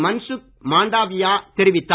மன்சுக் மண்டாவியா தெரிவித்தார்